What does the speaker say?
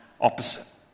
opposite